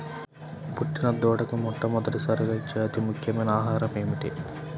పుట్టిన దూడకు మొట్టమొదటిసారిగా ఇచ్చే అతి ముఖ్యమైన ఆహారము ఏంటి?